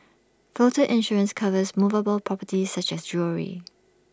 floater insurance covers movable properties such as jewellery